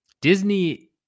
Disney